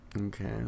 Okay